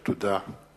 תודה.